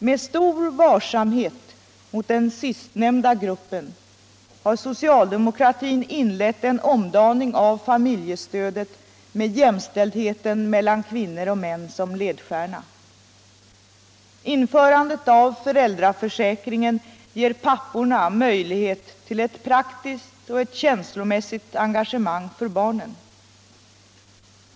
Med stor varsamhet mot den sistnämnda gruppen har socialdemokratin inlett en omdaning av familjestödet med jämställdheten mellan kvinnor och män som ledstjärna. Införandet av föräldraförsäkringen ger papporna möjlighet till ett praktiskt och känslomässigt engagemang för barnen.